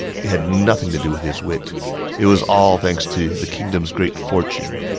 had nothing to do with his wit it was all thanks to the kingdom's great fortune.